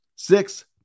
Six